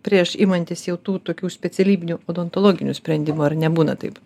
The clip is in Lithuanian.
prieš imantis jau tų tokių specialybinių odontologinių sprendimų ar nebūna taip